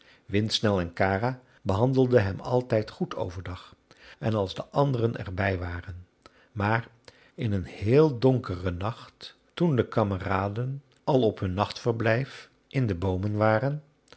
windsnel en kara behandelden hem altijd goed overdag en als de anderen er bij waren maar in een heel donkeren nacht toen de kameraden al op hun nachtverblijf in de boomen waren